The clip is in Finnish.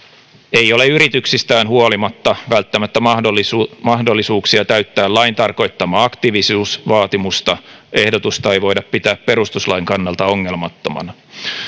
ei ole yrityksistään huolimatta välttämättä mahdollisuuksia mahdollisuuksia täyttää lain tarkoittamaa aktiivisuusvaatimusta ehdotusta ei voida pitää perustuslain kannalta ongelmattomana